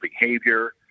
behavior